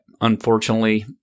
Unfortunately